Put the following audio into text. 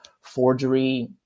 forgery